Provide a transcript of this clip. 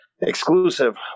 exclusive